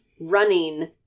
running